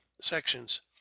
sections